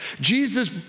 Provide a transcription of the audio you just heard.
Jesus